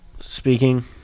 speaking